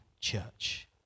church